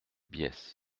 bies